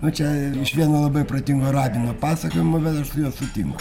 nu čia iš vieno labai protingo rabino pasakojimo bet aš su juo sutinku